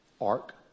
ark